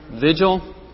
vigil